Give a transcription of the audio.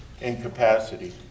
incapacity